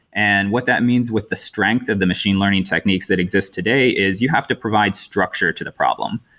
and what that means with the strength of the machine learning techniques that exist today is you have to provide structure to the problem.